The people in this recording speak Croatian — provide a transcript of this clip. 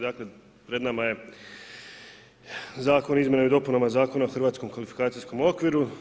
Dakle, pred nama je Zakon o izmjenama i dopunama Zakona o hrvatskom kvalifikacijskom okviru.